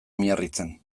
miarritzen